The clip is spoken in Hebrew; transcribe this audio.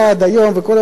וכל הצרות,